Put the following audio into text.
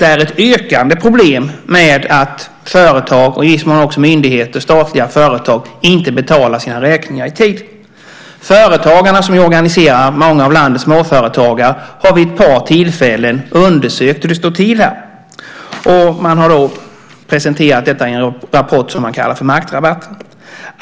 Det är ett ökande problem med att företag och i viss mån också myndigheter och statliga företag inte betalar sina räkningar i tid. Företagarna, som ju organiserar många av landets småföretagare, har vid ett par tillfällen undersökt hur det står till här. Man har presenterat detta i en rapport, Maktrabatten .